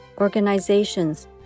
Organizations